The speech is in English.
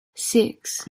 six